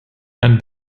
and